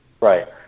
Right